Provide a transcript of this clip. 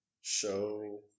show